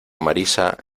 marisa